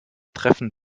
treffen